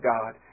God